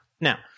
Now